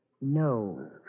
No